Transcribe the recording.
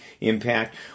impact